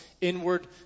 inward